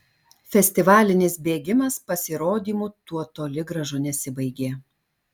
festivalinis bėgimas pasirodymu tuo toli gražu nesibaigė